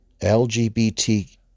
LGBT